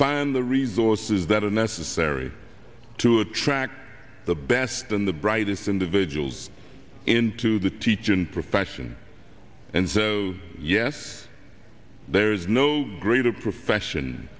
than the resources that are necessary to attract the best and the brightest individuals into the teaching profession and so yes there is no greater profession